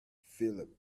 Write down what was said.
philip